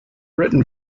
written